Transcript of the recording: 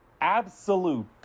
absolute